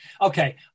Okay